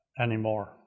anymore